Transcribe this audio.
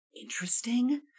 interesting